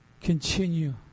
continue